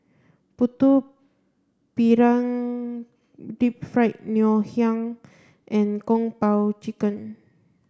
Putu Piring deep fried Ngoh Hiang and Kung Po Chicken